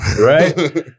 Right